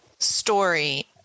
story